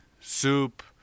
soup